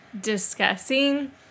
discussing